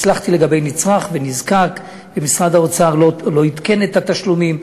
הצלחתי לגבי נצרך ונזקק ומשרד האוצר לא עדכן את התשלומים.